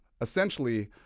essentially